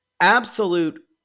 absolute